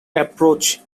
approach